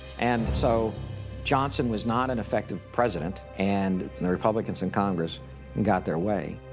and so johnson was not an effective president. and the republicans in congress got their way.